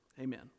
Amen